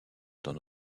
dans